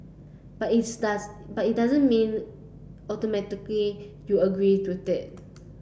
but its does but it doesn't mean automatically you agree with it